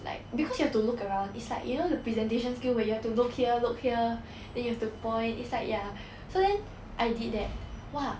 like because you have to look around it's like you know the presentation skill where you have to look here look here then you have to point it's like ya so then I did that !wah!